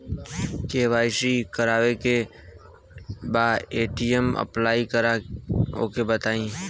KYC करावे के बा ए.टी.एम अप्लाई करा ओके बताई?